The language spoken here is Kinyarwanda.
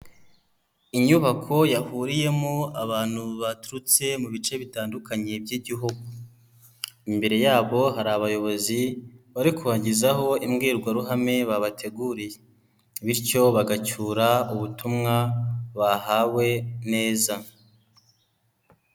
Inyubako yahuriyemo abantu baturutse mu bice bitandukanye by'igihugu. Imbere yabo, hari abayobozi bari kubagezaho imbwirwaruhame babateguriye bityo bagacyura ubutumwa bahawe neza.